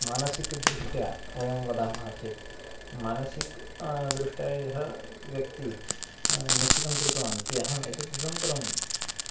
मानसिकदृष्ट्या वयं वदामः चेत् मानसिकं दृष्ट्या या व्यक्तिः निश्चितं कृतवान् कि अहम् एतत् इदं करोमि